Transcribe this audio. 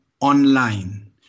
online